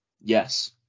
Yes